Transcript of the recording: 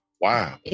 Wow